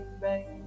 baby